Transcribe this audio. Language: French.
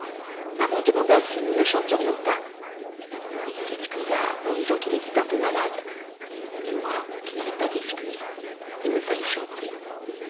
maman demanda si nous ne chanterions pas lui s'excusa en disant qu'il était un peu malade moi qui n'avais pas d'excuse il me fallut chanter